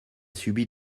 subi